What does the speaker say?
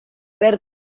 verb